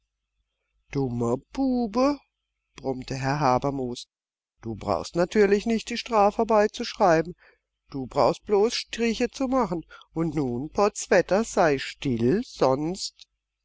dummer bube brummte herr habermus du brauchst natürlich nicht die strafarbeit zu schreiben du brauchst bloß striche zu machen und nun potzwetter sei still sonst